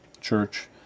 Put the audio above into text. church